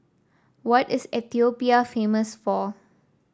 what is Ethiopia famous for